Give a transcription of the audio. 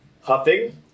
huffing